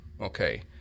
okay